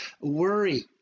worry